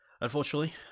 Unfortunately